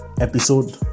Episode